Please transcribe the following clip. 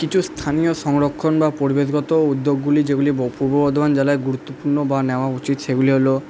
কিছু স্থানীয় সংরক্ষণ বা পরিবেশগত উদ্যোগগুলি যেগুলি পূর্ব বর্ধমান জেলায় গুরুত্বপূর্ণ বা নেওয়া উচিত সেগুলি হলো